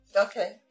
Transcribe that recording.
Okay